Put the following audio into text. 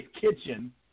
kitchen